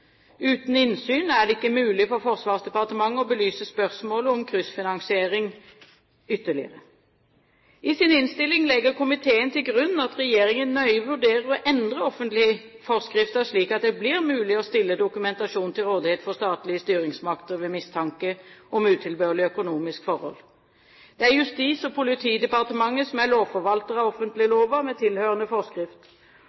Uten innsyn er det ikke mulig for Forsvarsdepartementet å belyse spørsmålet om kryssfinansiering ytterligere. I sin innstilling legger komiteen til grunn at regjeringen nøye vurderer å endre offentligforskriften slik at det blir mulig å stille dokumentasjon til rådighet for statlige styringsmakter ved mistanke om utilbørlige økonomiske forhold. Det er Justis- og politidepartementet som er lovforvalter av